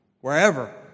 Wherever